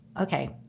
Okay